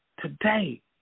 today